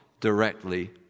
directly